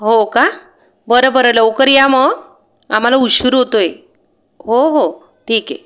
हो का बरं बरं लवकर या मग आम्हाला उशीर होतोय हो हो ठीक आहे